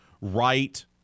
right